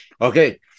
Okay